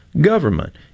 government